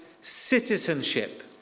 citizenship